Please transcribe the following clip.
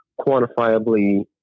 quantifiably